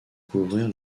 couvrir